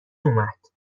اومد